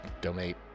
donate